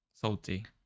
Salty